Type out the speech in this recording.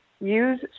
use